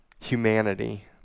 humanity